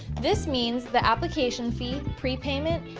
this means the application fee, prepayment,